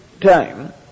time